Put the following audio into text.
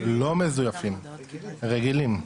רגילים,